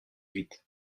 huit